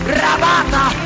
rabata